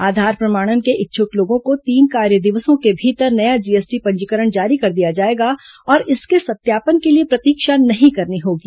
आधार प्रमाणन के इच्छुक लोगों को तीन कार्य दिवसों के भीतर नया जीएसटी पंजीकरण जारी कर दिया जाएगा और इसके सत्यापन के लिए प्रतीक्षा नहीं करनी होगी